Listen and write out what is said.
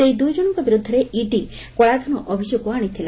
ସେହି ଦୁଇ ଜଣଙ୍କ ବିରୁଦ୍ଧରେ ଇଡି କଳାଧନ ଅଭିଯୋଗ ଆଣିଥିଲା